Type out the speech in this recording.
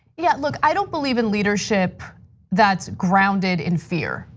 yeah, look, i don't believe in leadership that's grounded in fear,